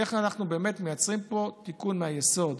איך אנחנו באמת מייצרים פה תיקון מהיסוד.